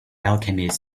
alchemist